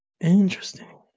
Interesting